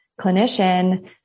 clinician